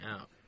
out